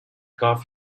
calf